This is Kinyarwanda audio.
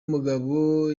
mugabo